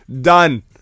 done